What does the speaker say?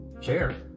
share